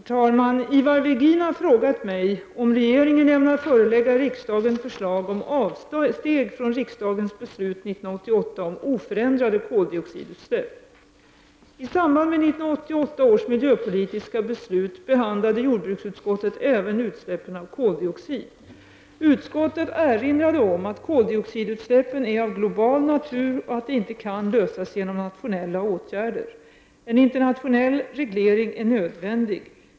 Herr talman! Ivar Virgin har frågat mig om regeringen ämnar förelägga riksdagen förslag om avsteg från riksdagens beslut 1988 om oförändrade koldioxidutsläpp. I samband med 1988 års miljöpolitiska beslut behandlade jordbruksutskottet även utsläppen av koldioxid. Utskottet erinrade om att koldioxidutsläppen är av global natur och att de inte kan lösas genom nationella åtgärder. En internationell reglering är nödvändig.